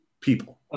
People